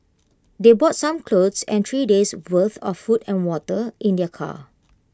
they brought some clothes and three days' worth of food and water in their car